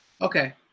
Okay